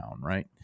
Right